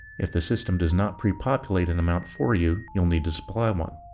if the system does not prepopulate an amount for you, you'll need to supply one.